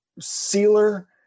sealer